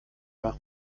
lager